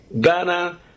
Ghana